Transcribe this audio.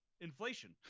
inflation